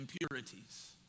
impurities